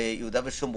ביהודה ושומרון,